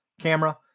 camera